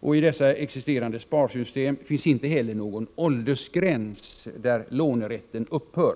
och i dessa existerande sparsystem finns inte heller någon åldersgräns, där lånerätten upphör.